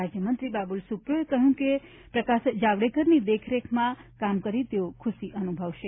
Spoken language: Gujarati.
રાજ્યમંત્રી બાબુલ સુપ્રિયાએ કહ્યું કે તેઓ પ્રકાશ જાવડેકરની દેખરેખમાં કામ કરીને ખુશી અનુભવશે